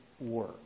work